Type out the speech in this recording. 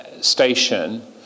station